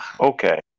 Okay